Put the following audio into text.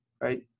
right